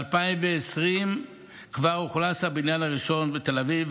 ב-2020 כבר אוכלס הבניין הראשון בתל אביב,